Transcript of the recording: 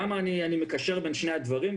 למה אני מקשר בין שני הדברים?